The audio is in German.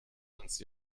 uns